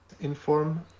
inform